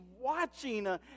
watching